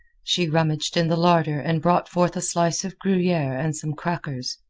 she rummaged in the larder and brought forth a slice of gruyere and some crackers.